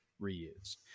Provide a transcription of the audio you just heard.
reused